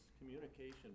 communication